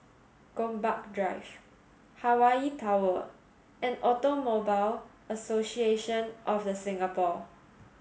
Gombak Drive Hawaii Tower and Automobile Association of The Singapore